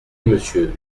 monsieur